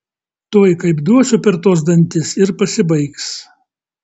tuoj kaip duosiu per tuos dantis ir pasibaigs